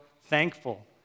thankful